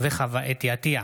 וחוה אתי עטייה,